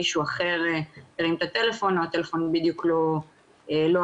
מישהו אחר הרים את הטלפון או הטלפון בדיוק לא היה,